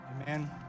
Amen